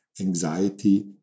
anxiety